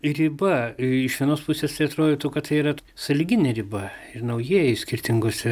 riba iš vienos pusės tai atrodytų kad tai yra sąlyginė riba ir naujieji skirtingose